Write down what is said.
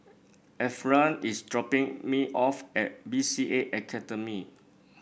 Ephriam is dropping me off at B C A Academy